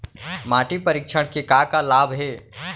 माटी परीक्षण के का का लाभ हे?